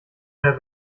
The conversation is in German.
der